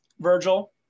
Virgil